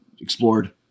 explored